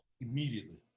Immediately